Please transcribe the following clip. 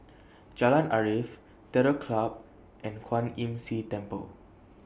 Jalan Arif Terror Club and Kwan Imm See Temple